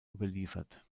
überliefert